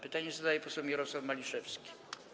Pytanie zadaje poseł Mirosław Maliszewski.